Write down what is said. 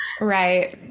Right